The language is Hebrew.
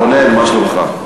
רונן, מה שלומך?